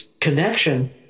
connection